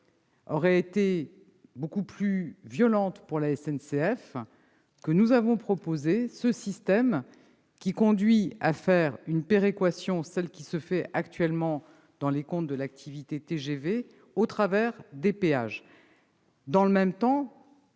aurait été beaucoup plus violente pour la SNCF que nous avons proposé ce système, qui conduit à procéder à une péréquation, celle qui existe actuellement pour les comptes de l'activité TGV, au travers des péages. Dans le même temps,